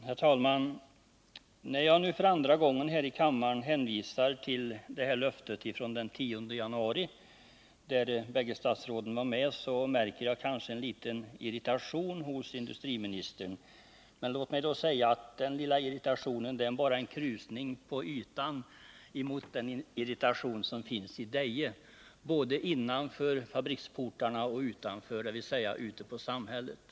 Herr talman! När jag nu för andra gången här i kammaren hänvisar till löftet från den 10 januari, då två av statsråden var med, märker jag en liten irritation hos industriministern. Den lilla irritationen är bara en krusning på ytan jämfört med den irritation som finns i Deje, både innanför fabriksportarna och utanför, dvs. ute i samhället.